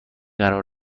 قرار